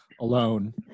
alone